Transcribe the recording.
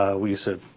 ah we said,